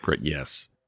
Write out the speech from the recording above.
Yes